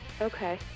Okay